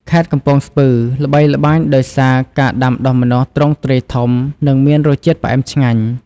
ខេត្តកំពង់ស្ពឺ ល្បីល្បាញដោយសារការដាំដុះម្នាស់ទ្រង់ទ្រាយធំ និងមានរសជាតិផ្អែមឆ្ងាញ់។